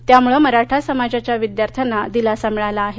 त्यामुळे मराठा समाजाच्या विद्यार्थ्यांना दिलासा मिळाला आहे